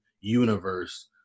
universe